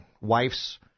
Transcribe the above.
wife's